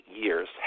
years